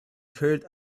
heard